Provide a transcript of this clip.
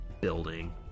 building